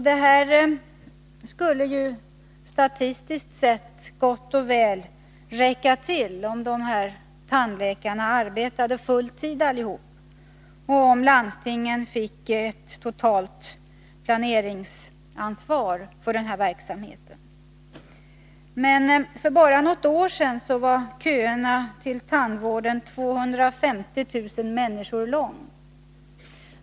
Detta skulle statistiskt sett gott och väl räcka till, om de här tandläkarna alla arbetade full tid och om landstingen fick ett totalt planeringsansvar för verksamheten. Men för bara något år sedan var köerna till tandvården 250 000 människor lång.